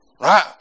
Right